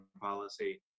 policy